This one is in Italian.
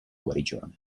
guarigione